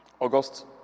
August